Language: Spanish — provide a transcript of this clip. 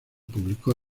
publicó